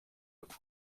ariko